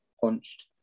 punched